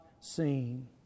seen